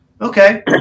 Okay